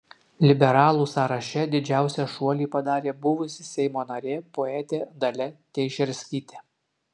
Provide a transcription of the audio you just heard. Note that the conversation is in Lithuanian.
liberalų sąraše didžiausią šuolį padarė buvusi seimo narė poetė dalia teišerskytė